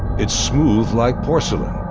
it's smooth like porcelain.